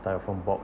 styrofoam box~